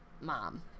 mom